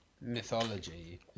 mythology